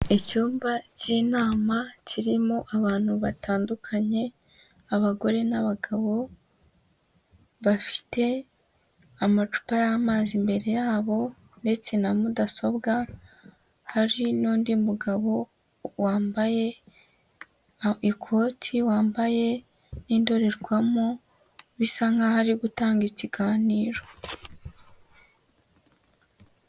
cy'inama kirimo abantu batandukanye abagore n n'abagabo bafite amacupa y'amazi imbere yabo ndetse na mudasobwa hari n'undi mugabo wambaye ikoti wambaye indorerwamo bisa nkaho ari gutanga ikiganiro.